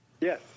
yes